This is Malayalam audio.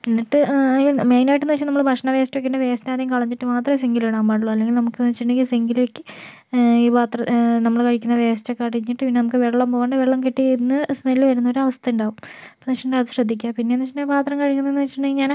എന്നിട്ട് അതില് മെയിനായിട്ടെന്ന് വെച്ചാൽ നമ്മള് ഭക്ഷണ വേസ്റ്റൊക്കെ ഉണ്ടെങ്കിൽ വേസ്റ്റ് ആദ്യം കളഞ്ഞിട്ട് മാത്രമേ സിങ്കിലിടാൻ പാടുള്ളു അല്ലെങ്കിൽ നമുക്ക് എന്ന് വെച്ചിട്ടുണ്ടെങ്കിൽ സിങ്കിലേക്ക് ഈ പാത്രം നമ്മള് കഴിക്കുന്ന വേസ്റ്റൊക്കെ അടിഞ്ഞിട്ട് പിന്നെ നമുക്ക് വെള്ളം പോകാണ്ട് വെള്ളം കെട്ടി നിന്ന് സ്മെൽ വരുന്ന ഒരു അവസ്ഥ ഉണ്ടാവും അപ്പോഴെന്ന് വെച്ചിട്ടുണ്ടെങ്കിൽ അത് ശ്രദ്ധിക്കുക പിന്നെയെന്ന് വെച്ചിട്ടുണ്ടെങ്കിൽ പാത്രം കഴുകുന്നതെന്ന് വെച്ചിട്ടുണ്ടെങ്കിൽ ഞാൻ